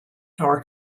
our